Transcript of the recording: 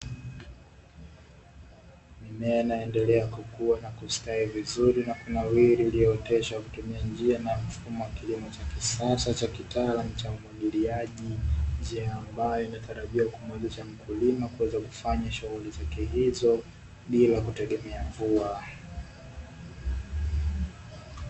Mimea inaendelea kukua na kustawi vizuri na kunawiri, iliyooteshwa kwa kutumia njia na mfumo wa kilimo cha kisasa cha kitaalamu cha umwagiliaji, njia ambayo inatarajiwa kumuwezesha mkulima kuweza kufanya shughuli zake hizo bila kutegemea mvua.